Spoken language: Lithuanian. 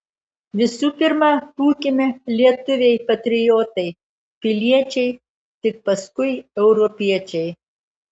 visų pirma būkime lietuviai patriotai piliečiai tik paskui europiečiai